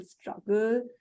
struggle